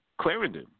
Clarendon